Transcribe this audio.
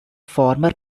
former